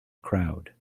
crowd